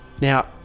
Now